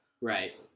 Right